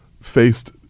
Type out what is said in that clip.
faced